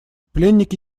пленники